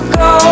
go